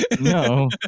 No